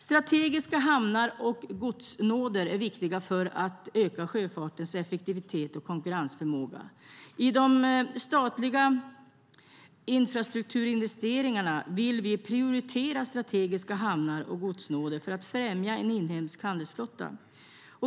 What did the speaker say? Strategiska hamnar och godsnoder är viktiga för att öka sjöfartens effektivitet och konkurrensförmåga. I de statliga infrastrukturinvesteringarna vill vi prioritera strategiska hamnar och godsnoder för att främja en inhemsk handelsflotta.